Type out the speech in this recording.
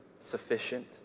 Sufficient